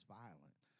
violent